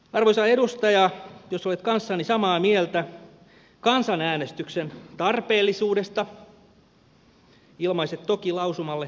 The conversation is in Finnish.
arvoisa edustaja jos olet kanssani samaa mieltä kansanäänestyksen tarpeellisuudesta ilmaise toki lausumalle kannatuksesi